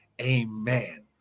amen